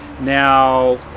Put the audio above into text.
now